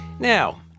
Now